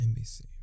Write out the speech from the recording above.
NBC